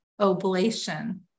oblation